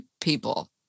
people